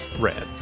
red